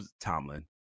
Tomlin –